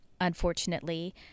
Unfortunately